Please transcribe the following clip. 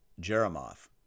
Jeremoth